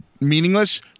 meaningless